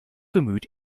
bemüht